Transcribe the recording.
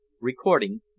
recording